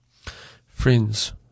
Friends